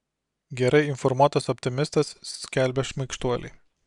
gerai informuotas optimistas skelbia šmaikštuoliai